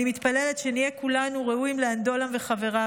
אני מתפללת שנהיה כולנו ראויים לאנדועלם וחבריו.